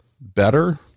better